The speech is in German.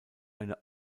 eine